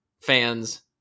fans –